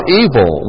evil